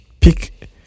pick